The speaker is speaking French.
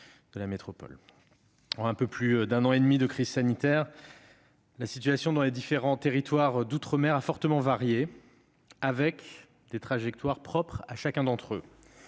En un peu plus d'un an et demi de crise sanitaire, la situation dans les différents territoires d'outre-mer a fortement varié, avec des trajectoires propres à chacun d'entre eux.